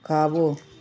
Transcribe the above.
खाॿो